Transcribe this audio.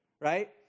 right